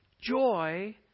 joy